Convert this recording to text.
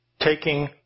taking